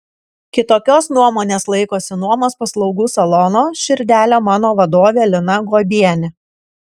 kitokios nuomonės laikosi nuomos paslaugų salono širdele mano vadovė lina guobienė